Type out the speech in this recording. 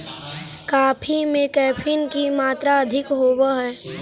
coffee में caffeine की मात्रा अधिक होवअ हई